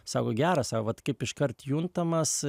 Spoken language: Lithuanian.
sako geras sako vat kaip iškart juntamas